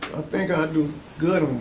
think i do good